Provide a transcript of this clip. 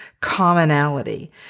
commonality